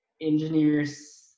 engineers